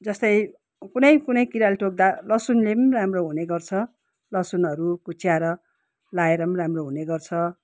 जस्तै कुनै कुनै किराले टोक्दा लसुनले पनि राम्रो हुनेगर्छ लसुनहरू कुच्याएर लगाएर पनि राम्रो हुनेगर्छ